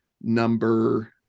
number